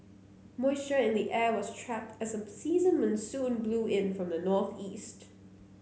moisture in the air was trapped as season monsoon blew in from the northeast